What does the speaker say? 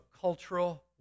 cultural